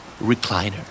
Recliner